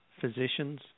physicians